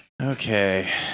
Okay